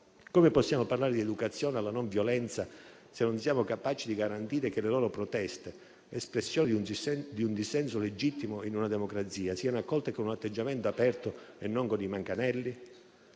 Come possiamo parlare di educazione alla non violenza se non siamo capaci di garantire che le loro proteste, espressione di un dissenso legittimo in una democrazia, siano accolte con un atteggiamento aperto e non con i manganelli?